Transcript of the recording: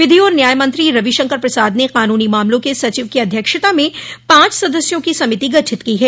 विधि और न्याय मंत्री रवि शंकर प्रसाद ने कानूनी मामलों के सचिव की अध्यक्षता में पांच सदस्यों की समिति गठित की है